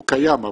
הוא קיים,